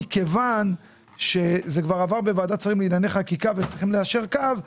מכיוון שזה כבר עבר בוועדת שרים לענייני חקיקה וצריכים ליישר קו,